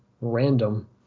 random